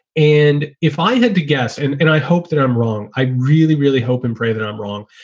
and if i had to guess and and i hope that i'm wrong, i really, really hope and pray that i'm wrong.